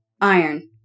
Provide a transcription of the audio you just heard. iron